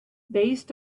based